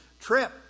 trip